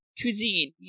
Cuisine